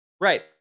Right